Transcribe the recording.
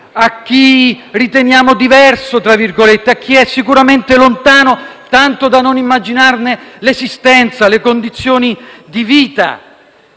a chi riteniamo "diverso", a chi è sicuramente lontano, tanto da non immaginarne l'esistenza e le condizioni di vita;